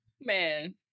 Man